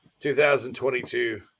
2022